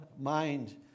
mind